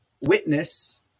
witness